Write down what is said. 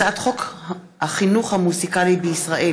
וכלה בהצעת חוק שמספרה פ/5214/20: הצעת חוק החינוך המוזיקלי בישראל,